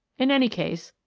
in any case,